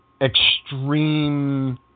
extreme